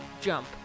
jump